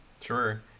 sure